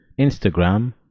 Instagram